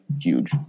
Huge